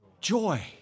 joy